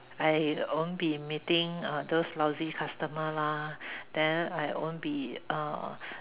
I won't be meeting uh those lousy customers lah then I won't be uh